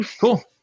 Cool